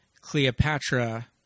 Cleopatra